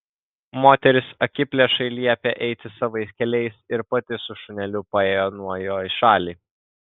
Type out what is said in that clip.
moteris akiplėšai liepė eiti savais keliais ir pati su šuneliu paėjo nuo jo į šalį